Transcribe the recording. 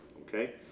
okay